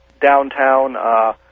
downtown